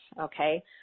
okay